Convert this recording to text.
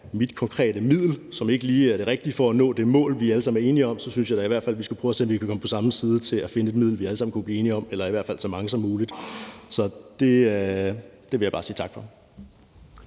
er nogle hjørner, som ikke lige er det rigtige for at nå det mål, som vi alle sammen er enige om, så synes jeg da i hvert fald, vi skal prøve at se, om vi kan komme på den samme side for at finde et middel, som vi alle sammen kunne blive enige om, eller i hvert fald så mange som muligt. Så det vil jeg bare sige tak for.